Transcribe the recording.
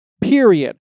period